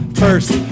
first